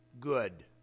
good